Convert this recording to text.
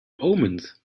omens